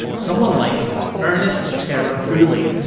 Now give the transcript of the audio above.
someone like ernest terah hooley.